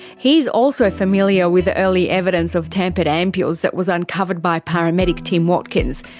he is also familiar with the early evidence of tampered ampules that was uncovered by paramedic tim watkins,